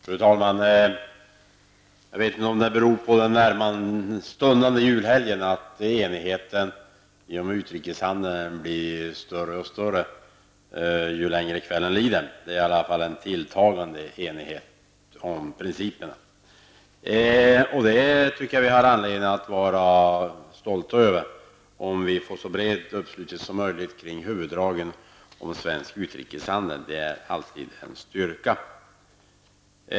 Fru talman! Jag vet inte om det beror på den nära stundande julhelgen att enigheten om utrikeshandeln blir allt större ju längre kvällen lider. Det är i varje fall en tilltalande enighet om principerna. Jag tycker att vi har anledning att vara stolta över om vi får en så bred uppslutning som möjligt kring huvuddragen i svensk utrikeshandeln. Det är alltid en styrka.